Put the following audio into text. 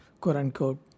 quote-unquote